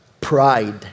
pride